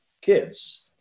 kids